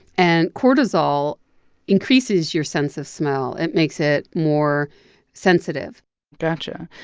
and cortisol increases your sense of smell. it makes it more sensitive gotcha.